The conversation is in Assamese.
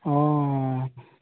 অঁ